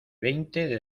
veinte